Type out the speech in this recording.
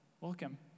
Welcome